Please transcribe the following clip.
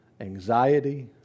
anxiety